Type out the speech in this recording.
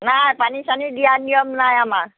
নাই পানী চানী দিয়া নিয়ম নাই আমাৰ